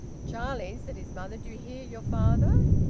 charlie, said his mother, do you hear your father?